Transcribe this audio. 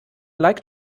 like